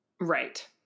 Right